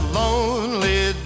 lonely